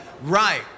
right